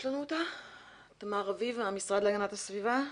יש לנו את תמר רביב, המשרד להגנת הסביבה?